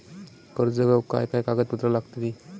कर्ज घेऊक काय काय कागदपत्र लागतली?